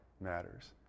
matters